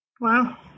Wow